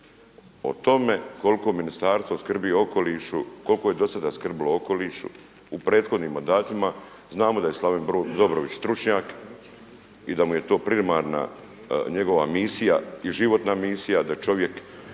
koliko je do sada skrbilo o okolišu u prethodnim mandatima. Znamo da je Slaven Dobrović stručnjak i da mu je to primarna njegova misija i životna misija da čovjek